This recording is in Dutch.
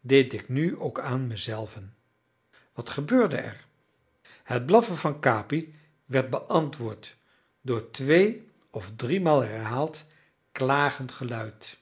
deed ik nu ook aan me zelven wat gebeurde er het blaffen van capi werd beantwoord door twee of driemaal herhaald klagend geluid